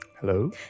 Hello